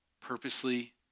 purposely